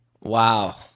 Wow